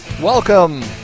Welcome